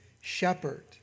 shepherd